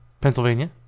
Pennsylvania